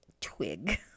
twig